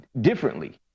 differently